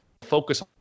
focus